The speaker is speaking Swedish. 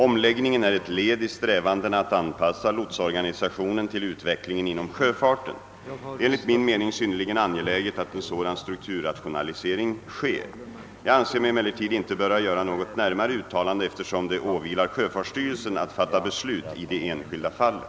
Omläggningen är ett led i strävandena att anpassa lotsorganisationen till utvecklingen inom sjöfarten. Det är enligt min mening synnerligen angeläget att en sådan strukturrationalisering sker. Jag anser mig 'emellertid inte böra göra något närmare uttalande eftersom det åvilar sjöfartsstyrelsen att fatta beslut i de enskilda fallen.